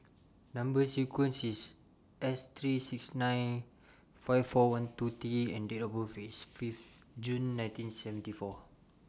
Number sequence IS S three six nine five four one two T and Date of birth IS Fifth June nineteen seventy four